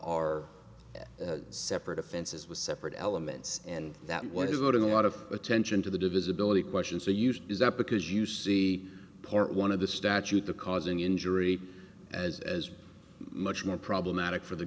e separate offenses with separate elements and that was not a lot of attention to the divisibility questions they used is that because you see part one of the statute the causing injury as as much more problematic for the